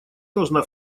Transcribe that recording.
должна